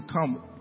come